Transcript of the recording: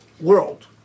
world